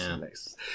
nice